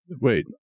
Wait